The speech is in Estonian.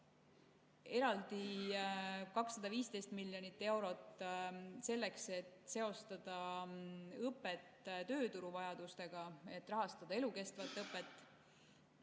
Eraldi 215 miljonit eurot on selleks, et seostada õpet tööturu vajadustega, et rahastada elukestvat õpet,